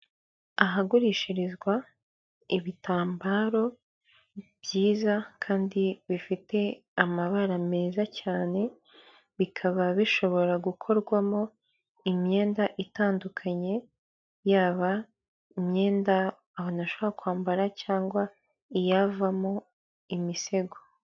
Ahagurishirizwa ibitambaro byiza kandi bifite amabara meza cyane, bikaba bishobora gukorwamo imyenda itandukanye, yaba imyenda abantu bashobora kwambara cyangwa iyavamo imisego.